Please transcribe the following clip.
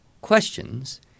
questions